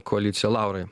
koalicija laurai